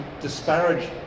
disparage